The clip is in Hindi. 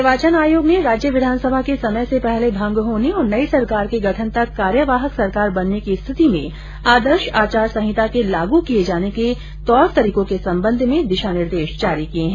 निर्वाचन आयोग ने राज्य विधानसभा के समय से पहले भंग होने और नई सरकार के गठन तक कार्यवाहक सरकार बनने की स्थिति में आदर्श आचार संहिता के लागू किये जाने के तौर तरीकों के संबंध में दिशा निर्देश जारी किये हैं